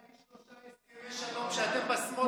ראש הממשלה הביא שלושה הסכמי שלום שאתם בשמאל לא חלמתם עליהם.